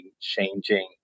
changing